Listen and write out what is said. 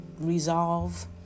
resolve